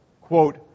quote